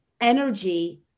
energy